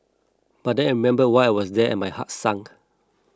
but then I remembered why I was there and my heart sank